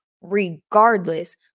regardless